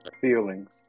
feelings